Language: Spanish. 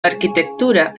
arquitectura